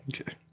Okay